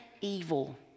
evil